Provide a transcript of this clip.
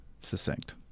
succinct